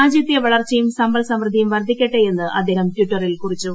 രാജ്യത്തെ വളർച്ചയും സമ്പൽ സമൃദ്ധിയും വർദ്ധിക്കട്ടെന്ന് അദ്ദേഹം ട്വിറ്ററിൽ അറിയിച്ചു